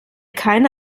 keine